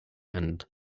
and